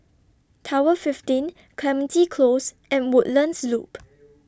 Tower fifteen Clementi Close and Woodlands Loop